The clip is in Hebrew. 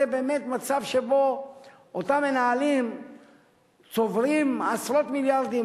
זה באמת מצב שבו אותם מנהלים צוברים עשרות מיליארדים,